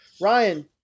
Ryan